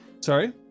Sorry